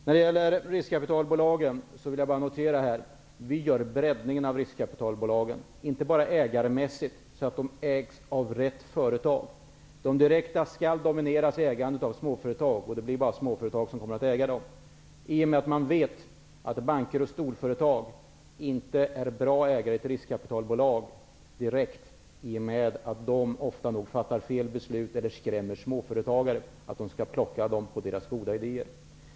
När det gäller riskkapitalbolagen vill jag bara notera att vi gör en breddning av dem, inte bara ägarmässigt, så att de ägs av rätt företag. I de direkta skall ägandet domineras av småföretag, och nu blir det bara småföretag som kommer att äga dem. Man vet ju att banker och storföretag inte är bra ägare i riskkapitalbolag direkt. De fattar ofta nog fel beslut eller skrämmer småföretagare att tro att de skall plocka dem på deras goda idéer.